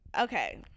Okay